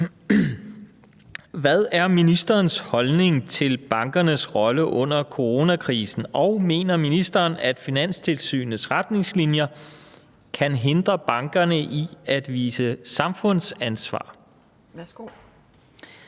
Hvad er ministerens holdning til bankernes rolle under coronakrisen, og mener ministeren, at Finanstilsynets retningslinjer kan hindre bankerne i at vise samfundsansvar?